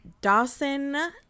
Dawson